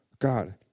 God